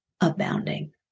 abounding